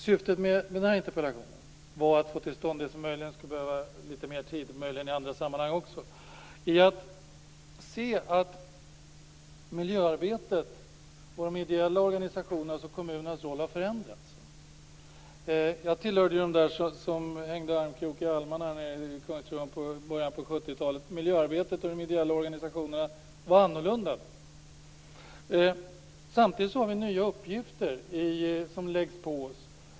Syftet med interpellationen var att påvisa att miljöarbetet i de ideella organisationerna och kommunerna har förändrats. Jag hör till dem som hängde i almarna i Kungsträdgården i början av 70-talet. Miljöarbetet och de ideella organisationerna var annorlunda då. Samtidigt läggs det nya uppgifter på oss.